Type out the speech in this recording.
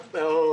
זו לא תשובה.